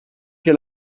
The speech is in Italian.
che